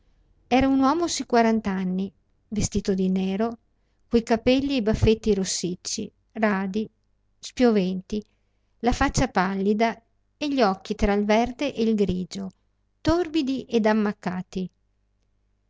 era un uomo sui quarant'anni vestito di nero coi capelli e i baffetti rossicci radi spioventi la faccia pallida e gli occhi tra il verde e il grigio torbidi e ammaccati